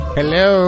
Hello